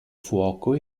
fuoco